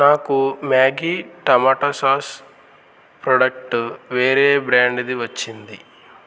నాకు మ్యాగీ టమాటా sauce product వేరే బ్రాండుది వచ్చింది